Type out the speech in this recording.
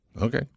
Okay